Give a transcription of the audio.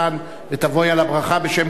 ותבואי על הברכה בשם כולנו.